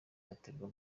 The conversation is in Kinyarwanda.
yaterwa